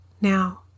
now